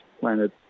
planet